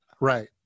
Right